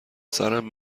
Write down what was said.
سرم